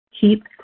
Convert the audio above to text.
keep